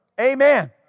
Amen